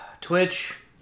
Twitch